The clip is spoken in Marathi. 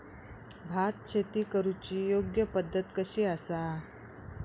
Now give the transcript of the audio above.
भात शेती करुची योग्य पद्धत कशी आसा?